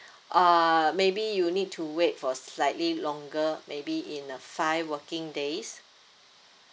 uh maybe you need to wait for slightly longer maybe in a five working days